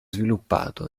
sviluppato